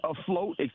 afloat